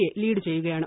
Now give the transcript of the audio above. A lead ചെയ്യുകയാണ്